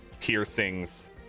piercings